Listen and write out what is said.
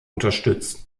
unterstützt